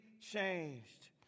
changed